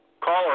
Caller